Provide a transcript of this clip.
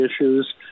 issues